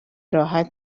راحت